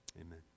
Amen